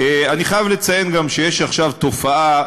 אני חייב גם לציין שיש עכשיו תופעה,